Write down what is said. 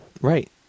Right